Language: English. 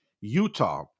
Utah